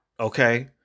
Okay